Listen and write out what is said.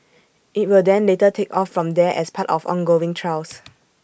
IT will then later take off from there as part of ongoing trials